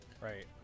Right